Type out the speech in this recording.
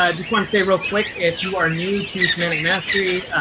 ah just want to say real quick. if you are new to semantic mastery.